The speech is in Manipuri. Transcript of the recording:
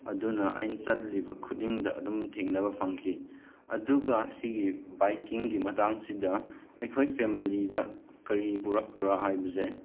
ꯑꯗꯨꯅ ꯑꯩꯅ ꯆꯠꯂꯤꯕ ꯈꯨꯗꯤꯡꯗ ꯑꯗꯨꯝ ꯊꯦꯡꯅꯕ ꯐꯪꯈꯤ ꯑꯗꯨꯒ ꯁꯒꯤ ꯕꯥꯏꯛꯀꯤꯡꯒꯤ ꯃꯇꯥꯡꯁꯤꯗ ꯑꯩꯈꯣꯏ ꯐꯦꯃꯂꯤꯗ ꯀꯔꯤ ꯄꯨꯔꯛꯄ꯭ꯔ ꯍꯥꯏꯕꯁꯦ